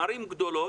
ערים גדולות,